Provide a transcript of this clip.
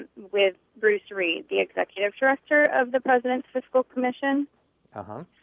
with brief to read the executive director of the president fitful connection ah.